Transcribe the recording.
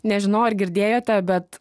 nežinau ar girdėjote bet